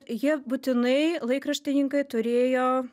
jie būtinai laikraštininkai turėjo